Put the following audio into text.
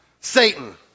Satan